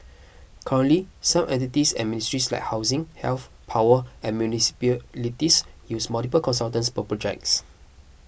currently some entities and ministries like housing health power and municipalities use multiple consultants per projects